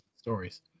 stories